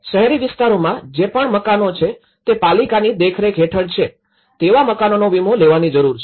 શહેરી વિસ્તારોમાં જે પણ મકાનો છે તે પાલિકાની દેખરેખ હેઠળ છે તેવા મકાનોનો વીમો લેવાની જરૂર છે